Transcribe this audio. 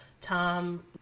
Tom